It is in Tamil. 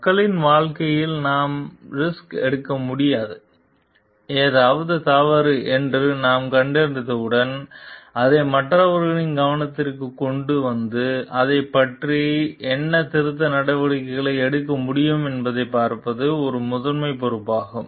மக்களின் வாழ்க்கையில் நாம் ரிஸ்க் எடுக்க முடியாது ஏதாவது தவறு என்று நாம் கண்டறிந்தவுடன் அதை மற்றவர்களின் கவனத்திற்குக் கொண்டு வந்து அதைப் பற்றி என்ன திருத்த நடவடிக்கைகளை எடுக்க முடியும் என்பதைப் பார்ப்பது ஒரு முதன்மைப் பொறுப்பாகும்